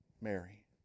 Mary